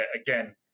again